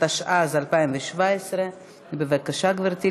התשע"ז 2017. בבקשה, גברתי.